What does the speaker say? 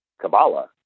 Kabbalah